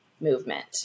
movement